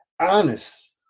honest